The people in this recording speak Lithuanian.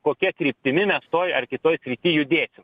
kokia kryptimi mes toj ar kitoj srity judėsim